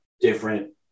different